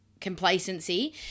complacency